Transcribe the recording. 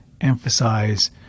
emphasize